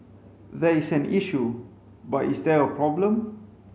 there is an issue but is there a problem